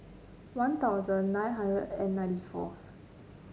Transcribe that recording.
One Thousand nine hundred and ninety fourth